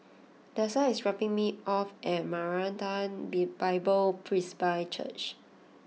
Dessa is dropping me off at Maranatha Bible Presby Church